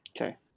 Okay